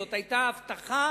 זאת היתה הבטחה,